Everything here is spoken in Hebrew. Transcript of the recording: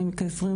הנתונים לא כל כך